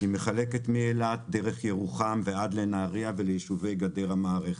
היא מחלקת מאילת דרך ירוחם ועד לנהריה וליישובי גדר המערכת.